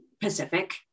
Pacific